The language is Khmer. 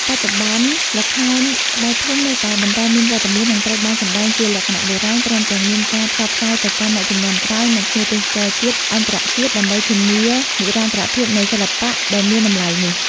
បច្ចុប្បន្ន ល្ខោនស្បែកធំនៅតែបន្តមានវត្តមាន និងត្រូវបានសម្ដែងជាលក្ខណៈបុរាណ ព្រមទាំងមានការផ្សព្វផ្សាយទៅកាន់អ្នកជំនាន់ក្រោយ និងភ្ញៀវទេសចរជាតិ-អន្តរជាតិ ដើម្បីធានានិរន្តរភាពនៃសិល្បៈដ៏មានតម្លៃនេះ ។